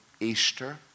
Easter